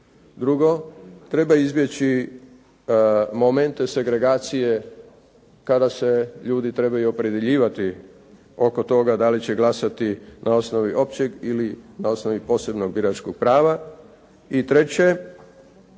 Drugo, treba izbjeći momente segregacije kada se ljudi trebaju opredjeljivati oko toga da li će glasati na osnovi općeg ili na osnovi posebnog biračkog prava.